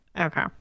Okay